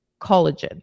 collagen